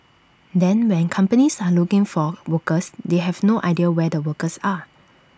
then when companies are looking for workers they have no idea where the workers are